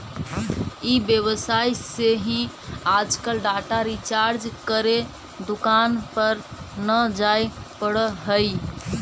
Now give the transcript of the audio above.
ई व्यवसाय से ही आजकल डाटा रिचार्ज करे दुकान पर न जाए पड़ऽ हई